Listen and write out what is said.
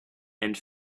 and